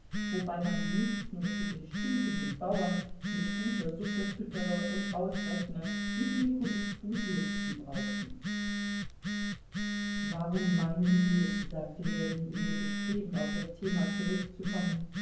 wobei man die nichtsnutzigen stinkenden bauern mit guter suppe füttere und ausrechne wieviel kubikfuß luft sie brauchten warum meinen sie sagte ljewin in dem bestreben auf das thema zurückzukommen